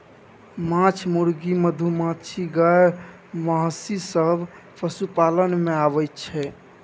माछ, मुर्गी, मधुमाछी, गाय, महिष सब पशुपालन मे आबय छै